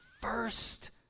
first